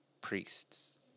priests